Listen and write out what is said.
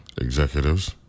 executives